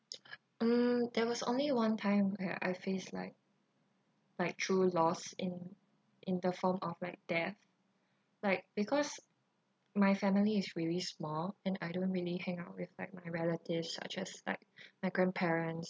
um there was only one time where I faced like like true loss in in the form of like death like because my family is really small and I don't really hang out with like my relatives such as like my grandparents